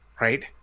Right